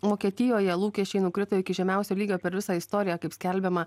vokietijoje lūkesčiai nukrito iki žemiausio lygio per visą istoriją kaip skelbiama